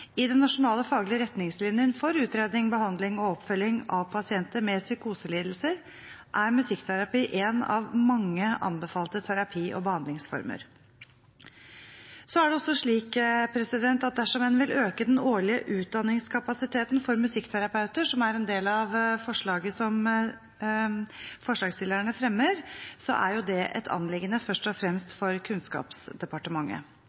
I den nasjonale faglige retningslinjen for utredning, behandling og oppfølging av pasienter med psykoselidelser er musikkterapi en av mange anbefalte terapi- og behandlingsformer. Så er det slik at dersom en vil øke den årlige utdanningskapasiteten for musikkterapeuter, som er en del av forslaget som forslagsstillerne fremmer, er det først og fremst et anliggende